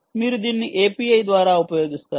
మీరు దీన్ని API ద్వారా ఉపయోగిస్తారు